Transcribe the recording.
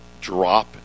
drop